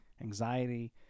anxiety-